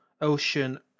ocean